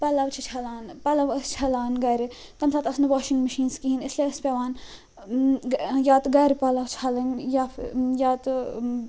پَلوٚو چھِ چھَلان پَلوٚو ٲسۍ چھَلان گھرِ تَمہِ ساتہٕ آسہٕ نہٕ واشِنٛگ مشیٖنٕز کِہیٖنۍ اس لیے ٲسۍ پیٚوان یا تہِ گھرٕ پَلوٚو چھَلٕنۍ یا یا تہٕ